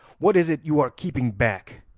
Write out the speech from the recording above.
what is it you are keeping back?